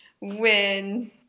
win